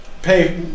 pay